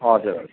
हजुर